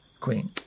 Queen